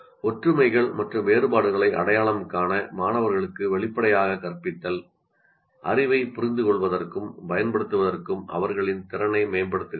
ஒற்றுமைகள் மற்றும் வேறுபாடுகளை அடையாளம் காண மாணவர்களுக்கு வெளிப்படையாக கற்பித்தல் அறிவைப் புரிந்துகொள்வதற்கும் பயன்படுத்துவதற்கும் அவர்களின் திறனை மேம்படுத்துகிறது